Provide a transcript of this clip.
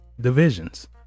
Divisions